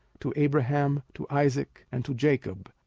to abraham, to isaac, and to jacob,